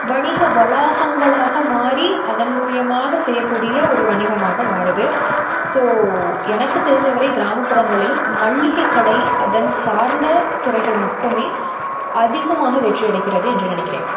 வணிக வளாகங்களாக மாதிரி அதன் மூலியமாக செய்யக்கூடிய ஒரு வணிகமாக மாறுது ஸோ எனக்கு தெரிந்த வரை கிராமப்புறங்களில் மளிகை கடை அதன் சார்ந்த துறைகள் மட்டுமே அதிகமாக வெற்றியடைகிறது என்று நினைக்கிறேன்